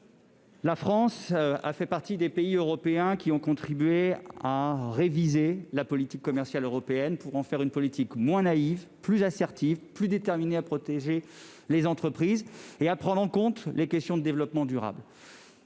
la France a fait partie des pays européens qui ont contribué à réviser la politique commerciale européenne pour la rendre moins naïve, plus affirmée, plus à même de protéger les entreprises et de prendre en compte les questions de développement durable.